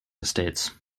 estates